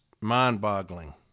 mind-boggling